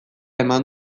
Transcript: eman